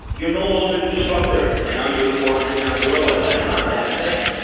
you're no longer the disruptor. now you're the four hundred pound gorilla and that's not a bad thing.